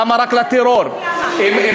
אני אגיד